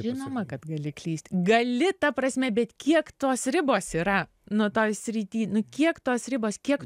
žinoma kad gali klysti gali ta prasme bet kiek tos ribos yra nu toj srity kiek tos ribos kiek